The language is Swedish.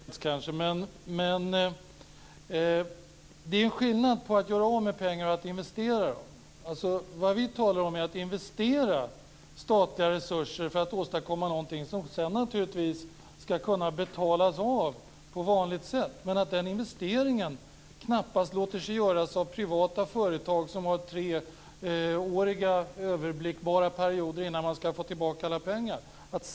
Herr talman! Det senare är inte mycket att fördjupa sig i. Ibland förleds man kanske av tanken. Det är ju en skillnad mellan att göra av med pengar och att investera dem. Vi talar om att investera statliga resurser för att åstadkomma någonting. Detta ska sedan naturligtvis kunna betalas av på vanligt sätt. Den investeringen låter sig knappast göras av privata företag som ska få tillbaka alla pengar inom överblickbara perioder på tre år.